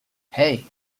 hey